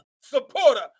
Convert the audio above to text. supporter